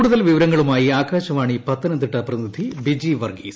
കൂടുതൽ വിവരങ്ങളുമായി ആകാശവാണി പത്തനംതിട്ട പ്രതിനിധി ബിജി വർഗീസ്